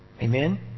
Amen